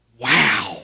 Wow